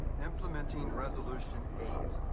implementing resolution eight,